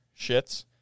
shits